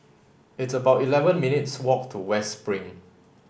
it's about eleven minutes' walk to West Spring